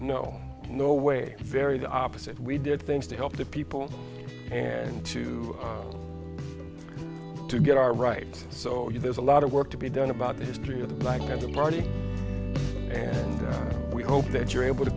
no no way very the opposite we did things to help the people and to get our rights so there's a lot of work to be done about the history of the black of the party and we hope that you're able to